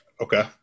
okay